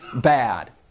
bad